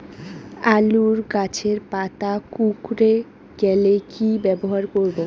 আলুর গাছের পাতা কুকরে গেলে কি ব্যবহার করব?